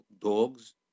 Dogs